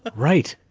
right!